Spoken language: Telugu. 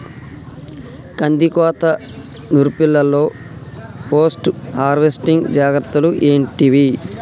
కందికోత నుర్పిల్లలో పోస్ట్ హార్వెస్టింగ్ జాగ్రత్తలు ఏంటివి?